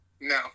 No